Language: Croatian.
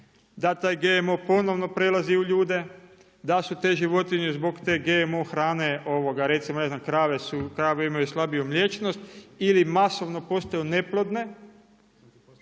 da taj GMO ponovno prelazi u ljude, da su te životinje zbog te GMO hrane recimo ne znam krave su, krave imaju slabiju mliječnost ili masovno postaju neplodne.